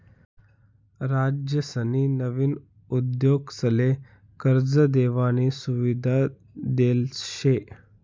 राज्यसनी नवीन उद्योगसले कर्ज देवानी सुविधा देल शे